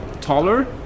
taller